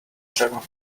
travel